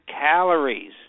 calories